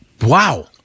Wow